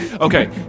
Okay